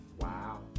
Wow